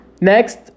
Next